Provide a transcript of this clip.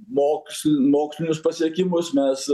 moksl mokslinius pasiekimus mes